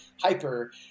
hyper